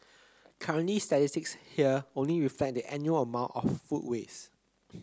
currently statistics here only reflect the annual amount of food waste